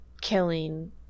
killing